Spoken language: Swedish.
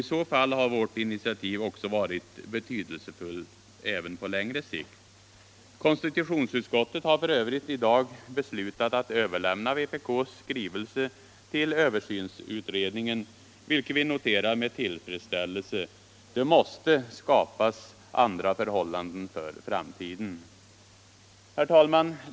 I så fall har vårt initiativ också varit betydelsefullt på längre sikt. Konstitutionsutskottet har f. ö. i dag beslutat att överlämna vpk:s skrivelse till översynsutredningen. Vi noterar detta med tillfredsställelse, eftersom det måste skapas andra arbetsförhållanden för framtiden. Herr talman!